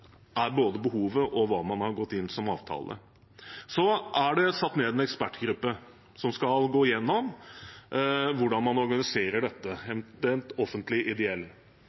er behovet, og til hvilken avtale man har inngått. Så er det satt ned en ekspertgruppe som skal gå gjennom hvordan man organiserer dette,